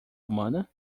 humana